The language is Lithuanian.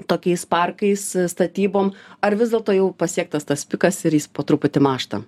tokiais parkais statybom ar vis dėlto jau pasiektas tas pikas ir jis po truputį mąžta